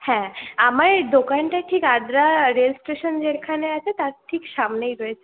হ্যাঁ আমার এই দোকানটা ঠিক আদ্রা রেল স্টেশন যেখানে আছে তার ঠিক সামনেই রয়েছে